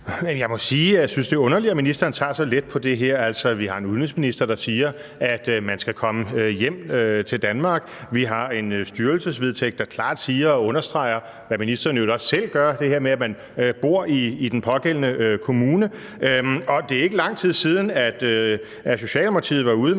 jeg synes, det er underligt, at ministeren tager så let på det her. Altså, vi har en udenrigsminister, der siger, at man skal komme hjem til Danmark. Vi har en styrelsesvedtægt, der klart siger og understreger, hvad ministeren i øvrigt også selv gør, det her med, at man skal bo i den pågældende kommune. Og det er ikke lang tid siden, at Socialdemokratiet var ude